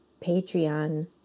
Patreon